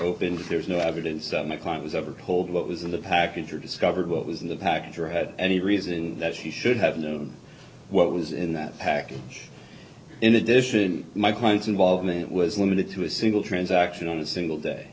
opened there's no evidence of my client was ever told what was in the package or discovered what was in the package or had any reason that she should have known what was in that package in addition my client's involvement was limited to a single transaction on a single day